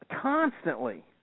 constantly